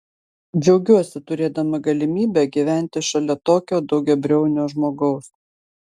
džiaugiuosi turėdama galimybę gyventi šalia tokio daugiabriaunio žmogaus